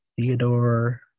Theodore